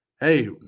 hey